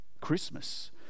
Christmas